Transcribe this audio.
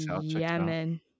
Yemen